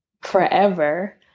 forever